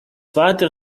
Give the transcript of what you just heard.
father